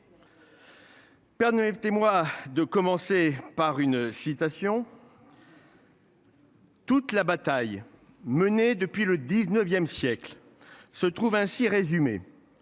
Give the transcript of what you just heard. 2023. FT moi de commencer par une citation. Toute la bataille menée depuis le XIXe siècle se trouve ainsi résumé.